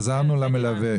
חזרנו למלווה.